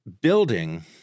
building